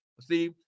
See